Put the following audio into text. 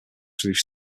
through